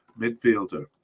midfielder